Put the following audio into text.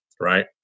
right